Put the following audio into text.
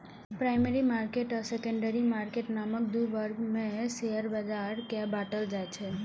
primary market आ secondary market नामक दू वर्ग मे शेयर बाजार कें बांटल जाइ छै